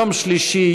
יום שלישי,